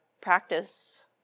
practice